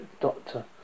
doctor